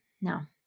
now